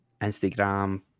Instagram